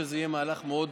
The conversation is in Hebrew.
שזה יהיה מהלך מאוד